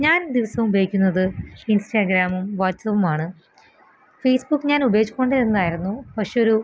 ഞാൻ ദിവസവും ഉപയോഗിക്കുന്നത് ഇൻസ്റ്റഗ്രാമും വാട്സപ്പും ആണ് ഫേസ്ബുക്ക് ഞാനുപയോഗിച്ചുകൊണ്ടിരുന്നെയാരുന്നു പക്ഷെയൊരു